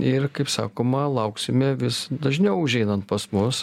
ir kaip sakoma lauksime vis dažniau užeinant pas mus